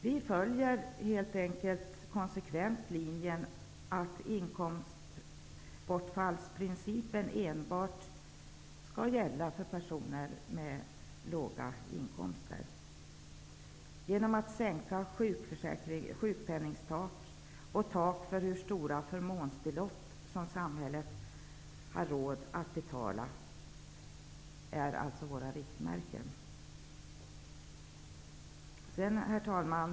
Vi i Vänsterpartiet följer konsekvent linjen att inkomstbortfallsprincipen enbart skall gälla för personer med låga inkomster. Våra riktmärken är sänkt sjukpenningtak och ett tak för förmånsbelopp -- som samhället har råd att betala. Herr talman!